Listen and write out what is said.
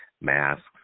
masks